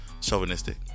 Chauvinistic